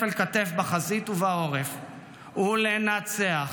בחזית ובעורף ולנצח.